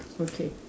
okay